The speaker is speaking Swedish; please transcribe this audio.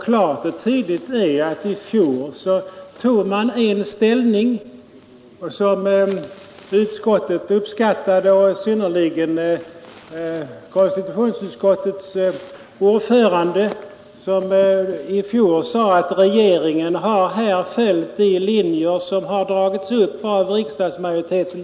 Klart och tydligt är att i fjor tog regeringen en ställning som konstitutionsutskottet uppskattade — i synnerhet dess ordförande, som då sade att regeringen här har följt de linjer som har dragits upp av riksdagsmajoriteten.